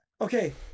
okay